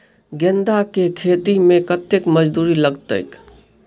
गेंदा केँ खेती मे कतेक मजदूरी लगतैक?